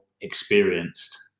experienced